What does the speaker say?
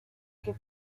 que